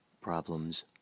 problems